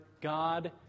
God